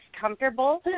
comfortable